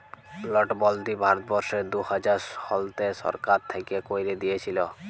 লটবল্দি ভারতবর্ষে দু হাজার শলতে সরকার থ্যাইকে ক্যাইরে দিঁইয়েছিল